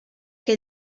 que